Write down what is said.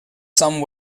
some